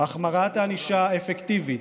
החמרת ענישה אפקטיבית,